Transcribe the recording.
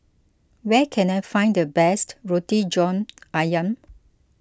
where can I find the best Roti John Ayam